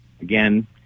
Again